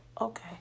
Okay